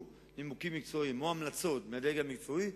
נימוקים מקצועיים או המלצות מהדרג המקצועי,